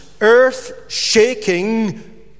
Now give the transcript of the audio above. earth-shaking